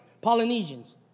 Polynesians